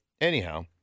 anyhow